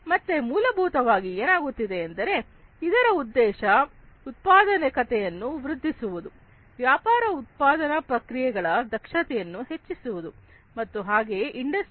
ಮತ್ತೆ ಮೂಲಭೂತವಾಗಿ ಏನಾಗುತ್ತಿದೆಯೆಂದರೆ ಇದರ ಉದ್ದೇಶ ಉತ್ಪಾದಕತೆಯನ್ನು ವೃದ್ಧಿಸುವುದು ವ್ಯಾಪಾರ ಉತ್ಪಾದನಾ ಪ್ರಕ್ರಿಯೆಗಳ ದಕ್ಷತೆಯನ್ನು ಹೆಚ್ಚಿಸುವುದು ಮತ್ತು ಹಾಗೆಯೇ ಇಂಡಸ್ಟ್ರಿ4